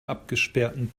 abgesperrten